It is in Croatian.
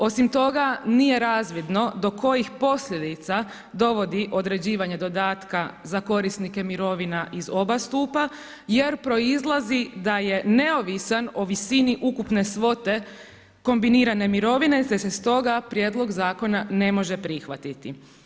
Osim toga, nije razvidno do kojih posljedica dovodi određivanje dodatka za korisnike mirovine iz oba stupa jer proizlazi da je neovisan o visini ukupne svote kombinirane mirovine, te se stoga Prijedlog zakona ne može prihvatiti.